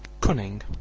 cunning,